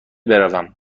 بروم